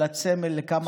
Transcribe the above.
את סמל לכמה רחוק,